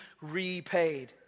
repaid